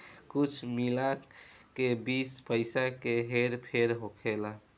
कुल मिला के बीस पइसा के हेर फेर होखेला